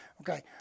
Okay